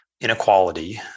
inequality